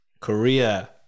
Korea